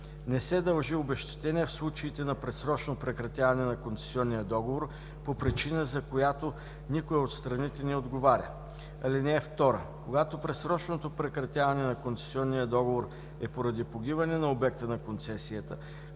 Не се дължи обезщетение в случаите на предсрочно прекратяване на концесионния договор по причина, за която никоя от страните не отговаря. (2) Когато предсрочното прекратяване на концесионния договор е поради погиване на обекта на концесията,